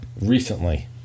recently